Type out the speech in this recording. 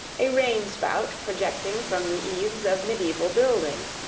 a rain-spout projecting from the eaves of mediaeval buildings,